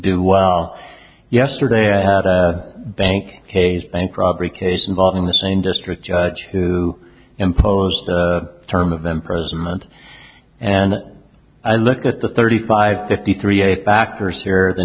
do well yesterday i had a bank pays bank robbery case involving the same district judge who imposed a term of imprisonment and i look at the thirty five fifty three